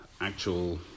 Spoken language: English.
actual